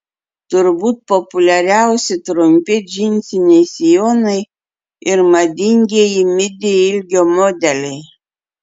turbūt populiariausi trumpi džinsiniai sijonai ir madingieji midi ilgio modeliai